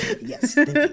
Yes